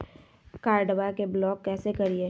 कार्डबा के ब्लॉक कैसे करिए?